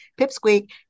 pipsqueak